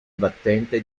battente